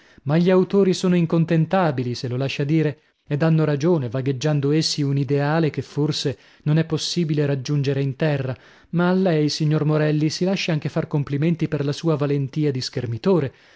ma gli autori sono incontentabili se lo lascia dire ed hanno ragione vagheggiando essi un ideale che forse non è possibile raggiungere in terra ma lei signor morelli si lasci anche far complimenti per la sua valentia di schermitore